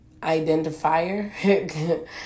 identifier